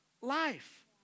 life